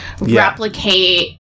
replicate